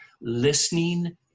listening